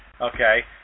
Okay